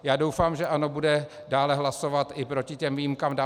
Já doufám, že ANO bude dále hlasovat i proti těm výjimkám dál.